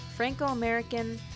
Franco-American